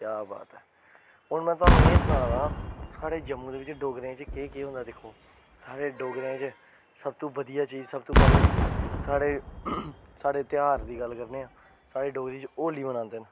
क्या बात ऐ हून मै तोआनूं एह् सनां दा साढ़े जम्मू दे बिच्च डोगरें च केह् केह् हुनरै दिक्खो साढ़े डोगरें च सबतूं बधिया चीज सबतूं पैह्ले साढ़े साढ़े धेयार दी गल्ल करने आं साढ़े डोगरी च होली मनांदे न